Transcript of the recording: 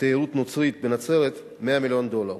מתיירות נוצרית בנצרת, 100 מיליון דולר.